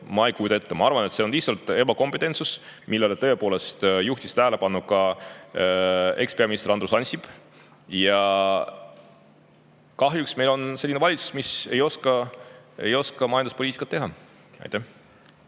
Ma ei kujuta ette. Ma arvan, et see on lihtsalt ebakompetentsus, millele juhtis tähelepanu ka ekspeaminister Andrus Ansip. Kahjuks on meil selline valitsus, mis ei oska majanduspoliitikat teha. Rene